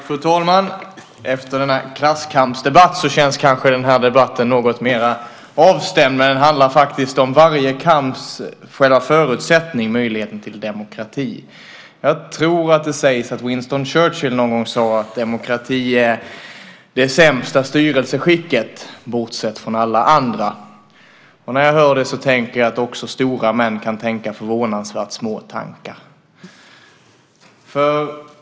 Fru talman! Efter den föregående klasskampsdebatten känns kanske den här debatten mer avstämd, men den handlar faktiskt om själva förutsättningen för varje kamp, nämligen möjligheten till demokrati. Det sägs att Winston Churchill en gång sade att demokrati är det sämsta styrelseskicket bortsett från alla andra. När jag hör det tänker jag att också stora män kan tänka förvånansvärt små tankar.